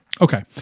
Okay